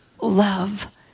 love